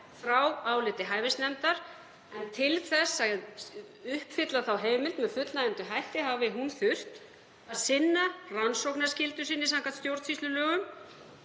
frá áliti hæfisnefndar, en til þess að uppfylla þá heimild með fullnægjandi hætti hefði hún þurft að sinna rannsóknarskyldu sinni samkvæmt stjórnsýslulögum,